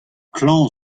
klañv